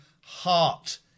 heart